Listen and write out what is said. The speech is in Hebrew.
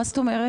מה זאת אומרת?